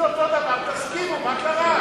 אם זה אותו דבר, תסכימו, מה קרה?